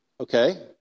Okay